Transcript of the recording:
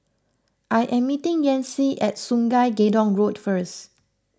I am meeting Yancy at Sungei Gedong Road first